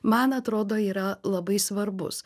man atrodo yra labai svarbus